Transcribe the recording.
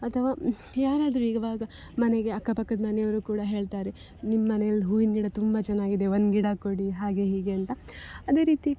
ಅಥವಾ ಯಾರಾದರೂ ಇವಾಗ ಮನೆಗೆ ಅಕ್ಕ ಪಕ್ಕದ ಮನೆಯವರು ಕೂಡ ಹೇಳ್ತಾರೆ ನಿಮ್ಮ ಮನೆಯಲ್ ಹೂವಿನ ಗಿಡ ತುಂಬ ಚೆನ್ನಾಗಿದೆ ಒಂದು ಗಿಡ ಕೊಡಿ ಹಾಗೆ ಹೀಗೆ ಅಂತ ಅದೇ ರೀತಿ